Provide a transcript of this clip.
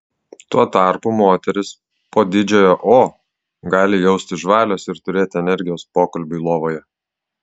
tuo tarpu moterys po didžiojo o gali jaustis žvalios ir turėti energijos pokalbiui lovoje